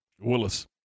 Willis